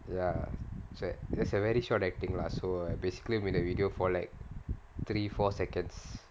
it's a very short acting lah so basically I'm in the video for like three four seconds